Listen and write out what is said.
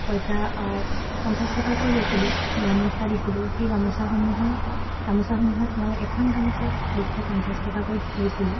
পইচা পঞ্চাছ টকাকৈ লৈছিলোঁ গামোচা দিছিলোঁ সেই গামোচাসমূহো গামোচাসমূহত মই এখন গামোচাত দুশ পঞ্চাছ টকাকৈ লৈছিলোঁ